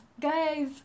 guys